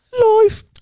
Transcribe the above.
Life